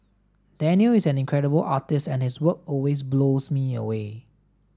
Danial is an incredible artist and his work always blows me away